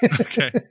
Okay